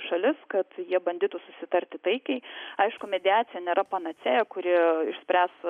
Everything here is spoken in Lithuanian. šalis kad jie bandytų susitarti taikiai aišku mediacija nėra panacėja kuri išspręs